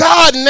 God